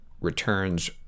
Returns